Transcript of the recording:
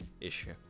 issue